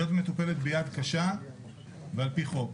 מטופלת ביד קשה ועל פי חוק,